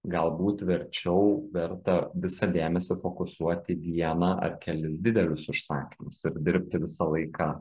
galbūt verčiau verta visą dėmesį fokusuot į vieną ar kelis didelius užsakymus ir dirbti visą laiką